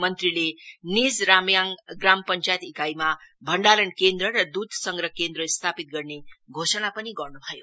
मंत्रीले निज् रामयाङ ग्राम पंचायत ईकाईमा भण्डारण केन्द्र र दूध संग्रह केन्द्र स्थापित गर्ने घोषणा पनि गर्नु भयो